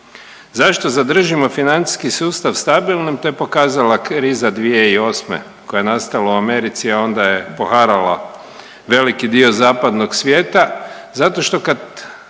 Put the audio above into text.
Zašto zadržimo financijski sustav stabilnim to je pokazala kriza 2008. koja je nastala u Americi, a onda je poharala veliki dio zapadnog svijeta. Zato što kad